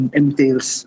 entails